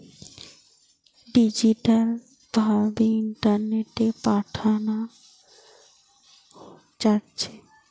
digital ভাবে ইন্টারনেটে পাঠানা যাচ্ছে